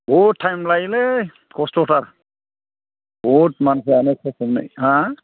बहुद टाइम लायोलै खस्थ'थार बहुद मानसियानो फैफिननाय हा